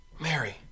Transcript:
Mary